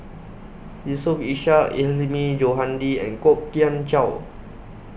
Yusof Ishak Hilmi Johandi and Kwok Kian Chow